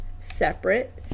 separate